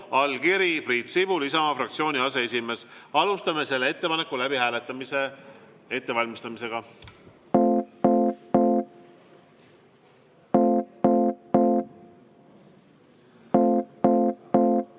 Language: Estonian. allkiri – Priit Sibul, Isamaa fraktsiooni aseesimees. Alustame selle ettepaneku läbihääletamise ettevalmistamist. Kas